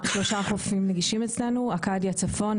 שלוש חופים נגישים אצלנו אכדיה צפון,